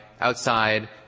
outside